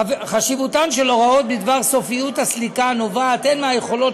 חשיבותן של הוראות בדבר סופיות הסליקה נובעת הן מהיכולת